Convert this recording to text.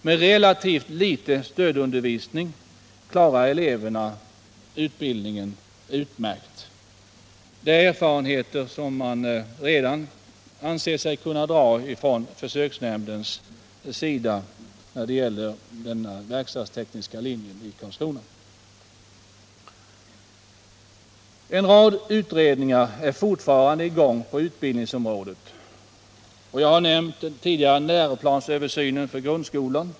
Med relativt litet stödundervisning klarar eleverna utbildningen utmärkt — det är en erfarenhet som försöksnämnden redan anser sig kunna göra när det gäller den verkstadstekniska linjen i Karlskrona. En rad utredningar är i gång på utbildningsområdet. Jag har tidigare nämnt läroplansöversynen för grundskolan.